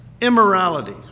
Immorality